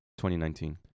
2019